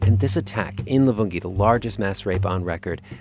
and this attack in luvungi, the largest mass rape on record